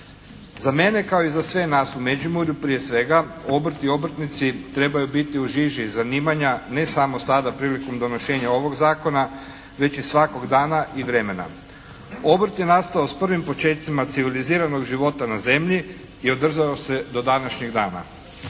Za mene kao i za sve nas u Međimurju prije svega obrt i obrtnici trebaju biti u žiži zanimanja ne samo sada prilikom donošenja ovog zakona već i samog dana i vremena. Obrt je nastao sa prvim počecima civiliziranog života na zemlji održao se do današnjeg dana.